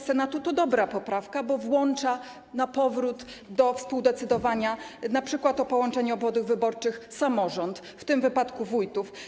Senatu to dobra poprawka, bo włącza na powrót do współdecydowania, np. o połączeniu obwodów wyborczych, samorząd, w tym wypadku wójtów.